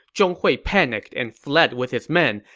zhong hui panicked and fled with his men.